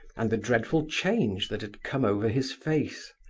and the dreadful change that had come over his face.